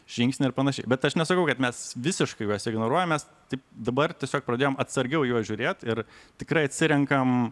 žingsnį ir panašiai bet aš nesakau kad mes visiškai juos ignoruojam nes tik dabar tiesiog pradėjom atsargiau į juos žiūrėt ir tikrai atsirenkam